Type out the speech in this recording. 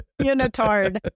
unitard